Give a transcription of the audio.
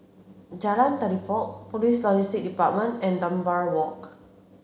Jalan Telipok Police Logistics Department and Dunbar Walk